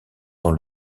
dans